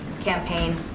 campaign